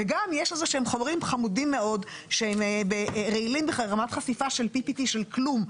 וגם יש איזה חומרים חמודים מאוד שהם רעילים ברמת חשיפה של כלום,